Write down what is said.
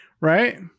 Right